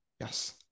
Yes